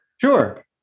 sure